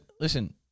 listen